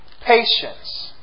patience